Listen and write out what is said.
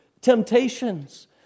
temptations